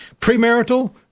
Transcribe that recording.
Premarital